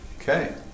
Okay